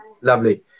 Lovely